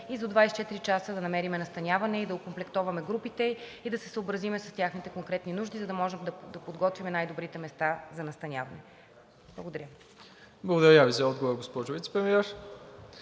и до 24 часа да намерим настаняване, да окомплектоваме групите и да се съобразим с техните конкретни нужди, за да можем да подготвим най-добрите места за настаняване. Благодаря. ПРЕДСЕДАТЕЛ МИРОСЛАВ ИВАНОВ: Благодаря Ви за отговора, госпожо Вицепремиер.